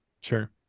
Sure